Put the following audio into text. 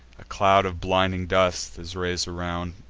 a cloud of blinding dust is rais'd around,